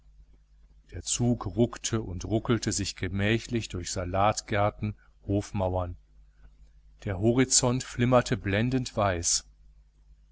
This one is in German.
der zug ruckte und ruckelte sich gemächlich durch salatgärten hofmauern der horizont flimmerte blendend weiß